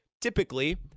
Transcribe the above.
Typically